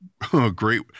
great